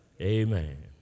amen